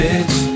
Bitch